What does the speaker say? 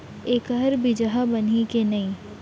एखर बीजहा बनही के नहीं?